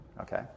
Okay